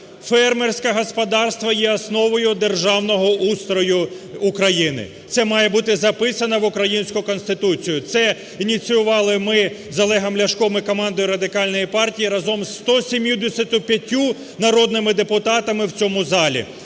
фермерське господарство є основою державного устрою України – це має бути записано в українську Конституцію. Це ініціювали ми з Олегом Ляшком і командою Радикальної партії разом зі 175 народними депутатами в цьому залі.